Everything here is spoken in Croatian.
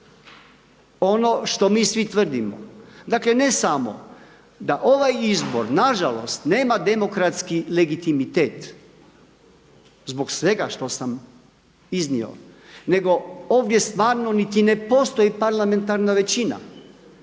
ono što mi svi tvrdimo. Dakle ne samo da ovaj izbor nažalost nema demokratski legitimitet zbog svega što sam iznio nego ovdje stvarno niti ne postoji parlamentarna većina.